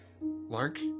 Lark